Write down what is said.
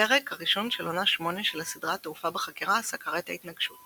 הפרק הראשון של עונה 8 של הסדרה תעופה בחקירה סקר את ההתנגשות.